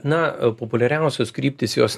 na populiariausios kryptys jos